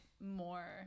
more